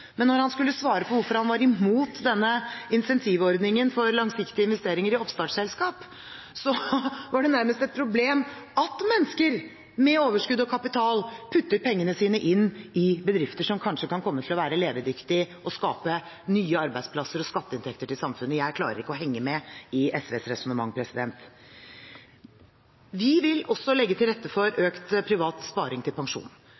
Men da han skulle svare på hvorfor han var imot denne incentivordningen for langsiktige investeringer i oppstartsselskap, var det nærmest et problem at mennesker med overskudd og kapital putter pengene sine inn i bedrifter som kanskje kan komme til å være levedyktige og skape nye arbeidsplasser og skatteinntekter til samfunnet. Jeg klarer ikke å henge med i SVs resonnement. Vi vil også legge til rette for økt privat sparing til